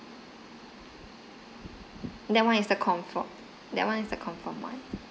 that one is the confirmed that one is the confirmed one